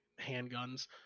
handguns